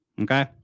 Okay